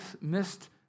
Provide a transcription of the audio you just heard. missed